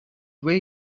way